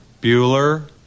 Bueller